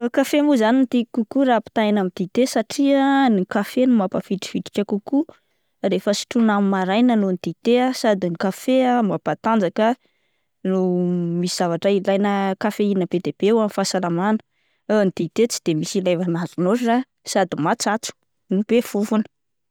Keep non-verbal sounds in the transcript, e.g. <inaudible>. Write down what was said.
Kafe moa zany no tiako kokoa raha ampitahaina dite satria ny kafe no mampahavitrivitrika kokoa rehefa sotrina amin'ny maraina noho ny dité sady ny kafe ah mampatanjaka no misy zavatra ilaina kafeina be dia be ao amin'ny fahasalamana, <hesitation> ny dité tsy de misy ilaivana azy loatra sady matsatso no be fofona.